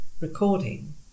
recording